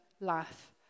life